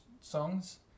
songs